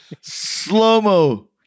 slow-mo